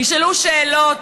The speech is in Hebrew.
ישמעו שאלות.